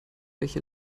welche